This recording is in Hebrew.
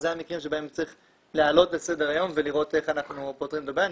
אלה המקרים שצריך להעלות לסדר היום ולראות איך אנחנו פותרים את הבעיה.